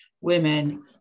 women